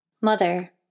Mother